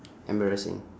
embarrassing